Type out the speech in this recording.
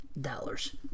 dollars